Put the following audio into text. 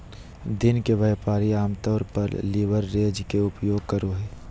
दिन के व्यापारी आमतौर पर लीवरेज के उपयोग करो हइ